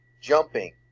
Jumping